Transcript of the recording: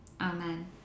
Amen